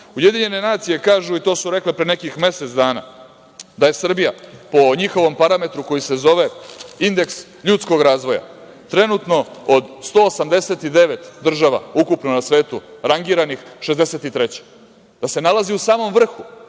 Ujedinjene nacije kažu i to su rekle pre nekih mesec dana, da je Srbija po njihovom parametru koji se zove indeks ljudskog razvoja trenutno od 189 država ukupno na svetu rangiranih 63. Da se nalazi u samom vrhu.